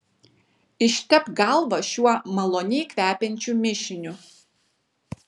ištepk galvą šiuo maloniai kvepiančiu mišiniu